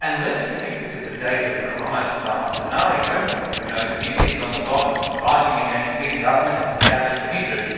and lest you think this is a david and goliath style scenario you know, the new kids on the block fighting against big government and establishment interests